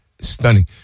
stunning